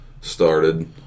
started